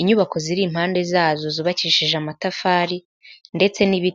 inyubako ziri impande zazo zubakishije amatafari, ndetse n'ibi...